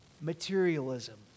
materialism